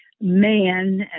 man